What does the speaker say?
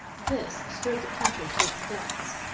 this stirred the country to its depths.